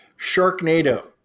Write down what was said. Sharknado